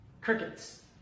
crickets